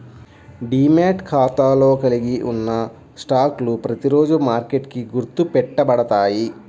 demat ఖాతాలో కలిగి ఉన్న స్టాక్లు ప్రతిరోజూ మార్కెట్కి గుర్తు పెట్టబడతాయి